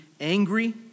angry